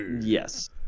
Yes